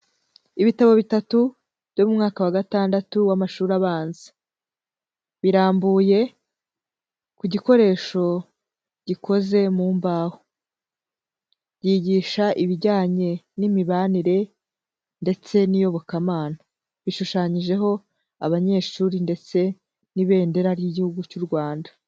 Ibitabo bitatu byo mu mwaka wa gatandatu w'amashuri abanza, birambuye ku gikoresho gikoze mu mbaho, ryigisha ibijyanye n'imibanire ndetse n'iyobokamana, bishushanyijeho abanyeshuri ndetse n'ibendera ry'Igihugu cy'u Rwanda.